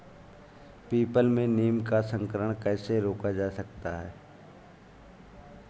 People में नीम का संकरण कैसे रोका जा सकता है?